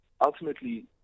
ultimately